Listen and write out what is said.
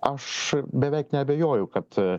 aš beveik neabejoju kad